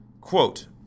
Quote